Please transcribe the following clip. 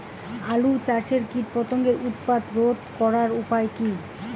আলু চাষের কীটপতঙ্গের উৎপাত রোধ করার উপায় কী?